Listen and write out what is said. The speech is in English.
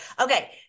Okay